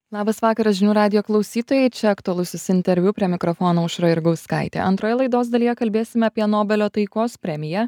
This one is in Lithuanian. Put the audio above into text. labas vakaras žinių radijo klausytojai čia aktualusis interviu prie mikrofono aušra jurgauskaitė antroje laidos dalyje kalbėsime apie nobelio taikos premiją